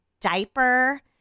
diaper